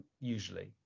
usually